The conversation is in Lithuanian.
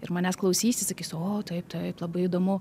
ir manęs klausysis sakys o taip taip labai įdomu